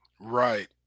Right